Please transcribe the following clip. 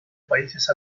países